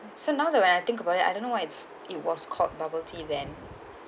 so now that when I think about it I don't know why it's it was called bubble tea then